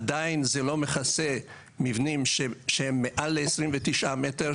עדיין זה לא מכסה מבנים שהם מעל ל-29 מטר,